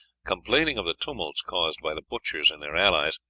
complaining of the tumults caused by the butchers and their allies,